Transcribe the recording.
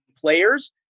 players